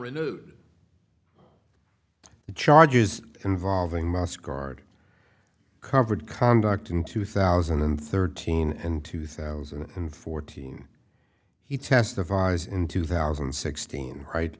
renewed the charges involving must guard covered conduct in two thousand and thirteen and two thousand and fourteen he testifies in two thousand and sixteen right